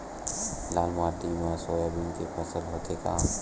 लाल माटी मा सोयाबीन के फसल होथे का?